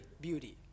beauty